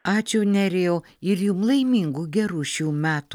ačiū nerijau ir jum laimingų gerų šių metų